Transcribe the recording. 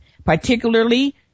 particularly